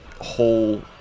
whole